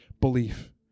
Belief